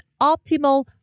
Optimal